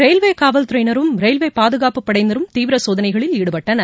railway காவல்துறையினரும் railway பாதுகாப்புப் படையினரும் தீவிர சோதனைகளில் ஈடுபட்டனர்